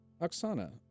Oksana